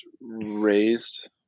raised